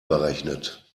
berechnet